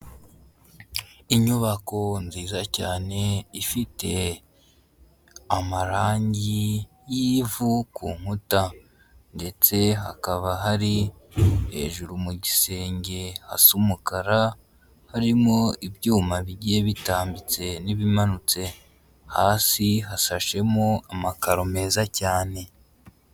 Inyubako nziza cyane ifite amarangi y'ivu ku nkuta ndetse hakaba hari hejuru mu gisenge hasa umukara harimo ibyuma bigiye bitambitse n'ibimanutse, hasi hashashemo amakaro meza cyane.